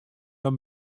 dan